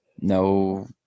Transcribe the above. No